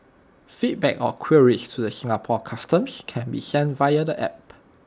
feedback or queries to the Singapore Customs can be sent via the app